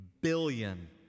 billion